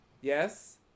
Yes